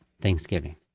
Thanksgiving